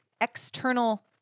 external